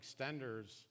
extenders